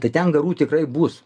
tai ten garų tikrai bus